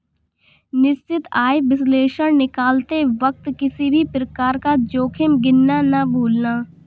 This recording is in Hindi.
निश्चित आय विश्लेषण निकालते वक्त किसी भी प्रकार का जोखिम गिनना मत भूलना